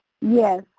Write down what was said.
Yes